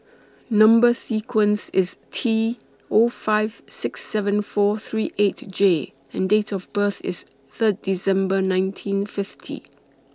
Number sequence IS T Zero five six seven four three eight J and Date of birth IS Third December nineteen fifty